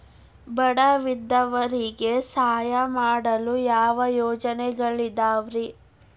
ಬಡ ವಿಧವೆಯರಿಗೆ ಸಹಾಯ ಮಾಡಲು ಯಾವ ಯೋಜನೆಗಳಿದಾವ್ರಿ?